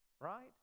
Right